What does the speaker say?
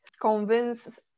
convince